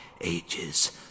ages